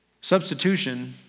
Substitution